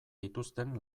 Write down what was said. dituzten